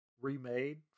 remade